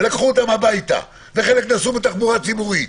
לקחו אותם הביתה, וחלק נסעו בתחבורה ציבורית,